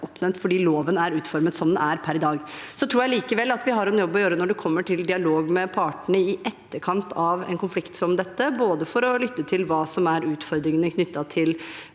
fordi loven er utformet som den er per i dag. Jeg tror likevel at vi har en jobb å gjøre når det kommer til dialog med partene i etterkant av en konflikt som dette, både for å lytte til hva som er utfordringene knyttet til